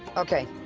ok.